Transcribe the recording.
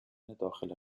داخل